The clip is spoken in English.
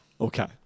Okay